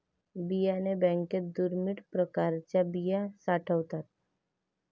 बियाणे बँकेत दुर्मिळ प्रकारच्या बिया साठवतात